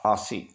आ आसीत्